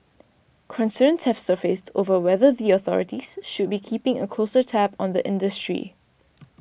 concerns have surfaced over whether the authorities should be keeping a closer tab on the industry